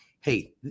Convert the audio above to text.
hey